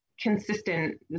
consistent